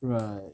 right